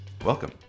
Welcome